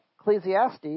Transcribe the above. Ecclesiastes